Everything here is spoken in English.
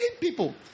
people